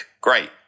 great